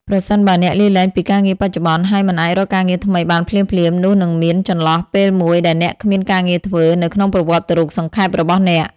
ប្រសិនបើអ្នកលាលែងពីការងារបច្ចុប្បន្ន ហើយមិនអាចរកការងារថ្មីបានភ្លាមៗ នោះនឹងមាន ចន្លោះពេលមួយដែលអ្នកគ្មានការងារធ្វើ នៅក្នុងប្រវត្តិរូបសង្ខេបរបស់អ្នក។